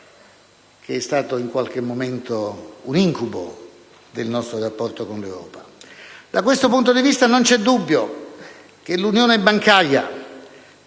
che è stato in qualche momento un incubo del nostro rapporto con l'Europa. Da questo punto di vista non c'è dubbio che l'unione bancaria,